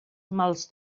mals